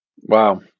Wow